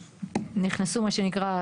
נכנסו מה שנקרא,